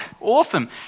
Awesome